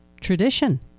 tradition